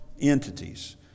entities